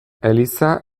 eliza